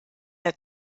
der